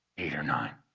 eight or nine.